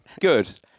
Good